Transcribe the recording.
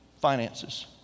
finances